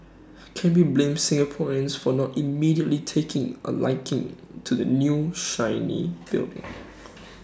can we blame Singaporeans for not immediately taking A liking to the new shiny building